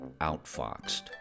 Outfoxed